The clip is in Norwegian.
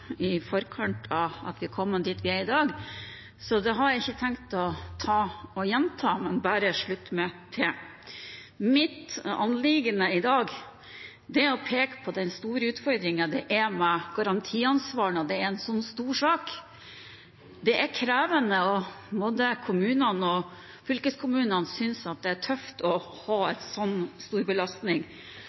i forkant av at vi er kommet dit vi er i dag, så det har jeg ikke tenkt å gjenta, men bare slutte meg til. Mitt anliggende i dag er å peke på den store utfordringen det er med garantiansvar når det er en så stor sak. Det er krevende, og både kommunene og fylkeskommunene synes det er tøft å ha en sånn stor belastning.